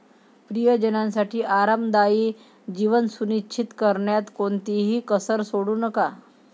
प्रियजनांसाठी आरामदायी जीवन सुनिश्चित करण्यात कोणतीही कसर सोडू नका